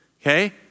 okay